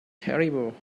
terrible